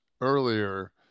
earlier